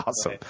awesome